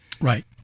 Right